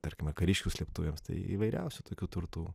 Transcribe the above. tarkime kariškių slėptuvėms tai įvairiausių tokių turtų